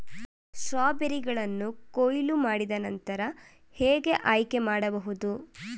ಸ್ಟ್ರಾಬೆರಿಗಳನ್ನು ಕೊಯ್ಲು ಮಾಡಿದ ನಂತರ ಹೇಗೆ ಆಯ್ಕೆ ಮಾಡಬಹುದು?